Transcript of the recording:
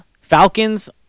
Falcons